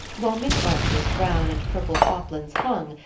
while miss archer's brown and purple poplins hung,